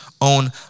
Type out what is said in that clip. own